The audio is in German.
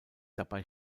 dabei